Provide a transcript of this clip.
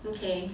okay